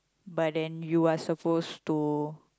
but then you are supposed to